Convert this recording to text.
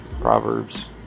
Proverbs